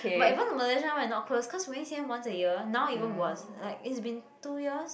but even the Malaysian one is not close cause we only see him once a year now even worse like it's been two years